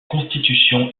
constitution